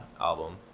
album